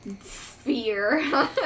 fear